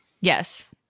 yes